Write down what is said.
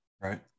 right